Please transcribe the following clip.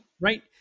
right